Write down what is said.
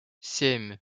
семь